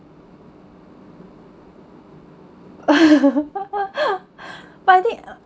but I think a~